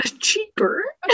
cheaper